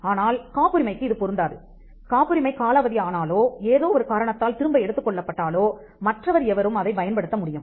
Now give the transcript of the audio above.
ஆனால் காப்புரிமைக்கு இது பொருந்தாது காப்புரிமை காலாவதி ஆனாலோ ஏதோ ஒரு காரணத்தினால் திரும்ப எடுத்துக் கொள்ளப்பட்டாலோ மற்றவர் எவரும் அதை பயன்படுத்த முடியும்